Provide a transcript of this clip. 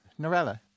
Norella